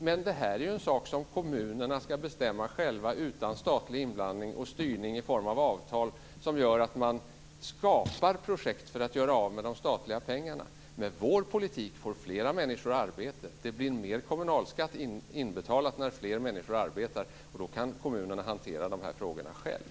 Men det här är en sak som kommunerna ska bestämma själva utan statlig inblandning och styrning i form av avtal som gör att man skapar projekt för att göra av med de statliga pengarna. Med vår politik får fler människor arbete. Det blir mer kommunalskatt inbetalad när fler människor arbetar. Då kan kommunerna hantera frågorna själva.